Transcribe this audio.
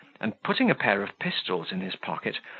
and, putting a pair of pistols in his pocket,